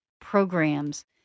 programs